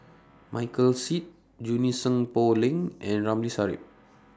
Michael Seet Junie Sng Poh Leng and Ramli Sarip